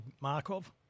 Markov